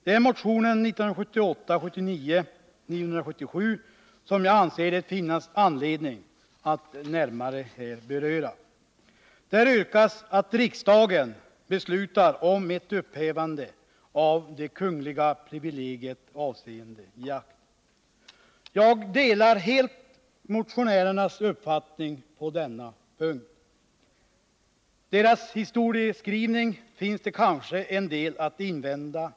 Det är motionen 1978/79:977, som jag anser att det finns anledning att närmare beröra. Där yrkas att riksdagen beslutar om ett upphävande av det Jag delar helt motionärernas uppfattning på den punkten. Deras historieskrivning finns det kanske en del att invända mot.